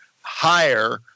higher